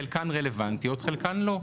חלקן רלוונטיות, חלקן לא.